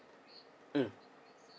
mm